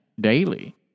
daily